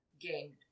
gained